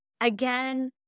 again